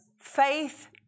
faith